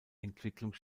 entwicklung